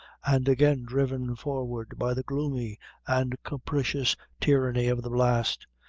and again driven forward by the gloomy and capricious tyranny of the blast,